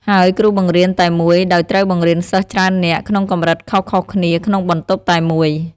ហើយគ្រូបង្រៀនតែមួយ ដោយត្រូវបង្រៀនសិស្សច្រើននាក់ ក្នុងកម្រិតខុសៗគ្នាក្នុងបន្ទប់តែមួយ។